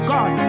God